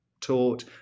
taught